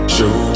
Show